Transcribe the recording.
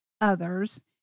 others